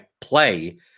play